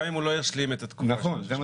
גם אם הוא לא ישלים את התקופה של 63 חודשים.